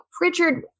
Richard